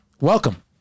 welcome